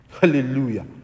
Hallelujah